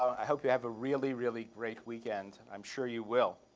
i hope you have a really, really great weekend. i'm sure you will.